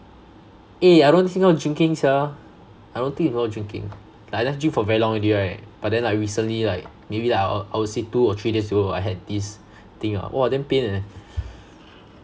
eh I don't drinking sia I don't think before drinking like I never drink for very long already right but then I recently like maybe like I'll~ I'll say two or three days ago I had this thing ah !wah! damn pain eh